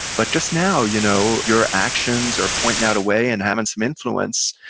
but just now. you know your actions are pointing out a way and having some influence,